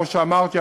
כמו שאמרתי,